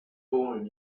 born